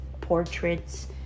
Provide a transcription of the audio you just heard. portraits